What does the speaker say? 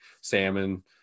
salmon